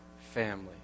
family